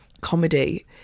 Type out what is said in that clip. comedy